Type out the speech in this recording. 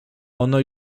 ona